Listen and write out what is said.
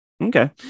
Okay